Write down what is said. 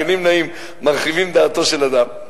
כלים נאים מרחיבים דעתו של אדם.